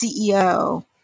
CEO